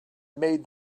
made